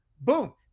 boom